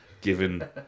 given